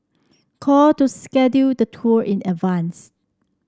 call to schedule the tour in advance